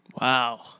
Wow